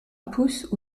pouces